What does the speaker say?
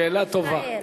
שאלה טובה.